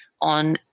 on